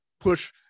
push